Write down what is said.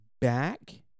back